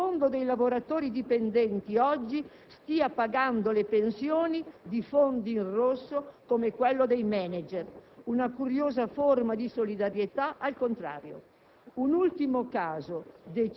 come è incontrovertibile che il fondo dei lavoratori dipendenti oggi stia pagando le pensioni di fondi in rosso come quello dei *manager*. Una curiosa forma di solidarietà al contrario.